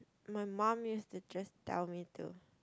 my mum used to just tell me to